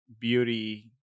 beauty